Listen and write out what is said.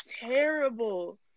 terrible